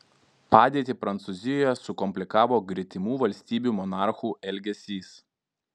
padėtį prancūzijoje sukomplikavo gretimų valstybių monarchų elgesys